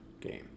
game